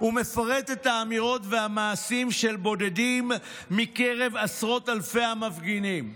ומפרט את האמירות והמעשים של בודדים מקרב עשרות אלפי המפגינים.